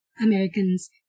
Americans